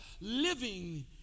living